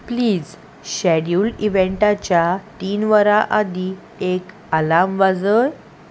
please scheduled इव्हँटाच्या तीन वरां आदीं एक आलार्म वाजय